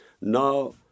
Now